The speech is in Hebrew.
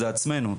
עצמנו.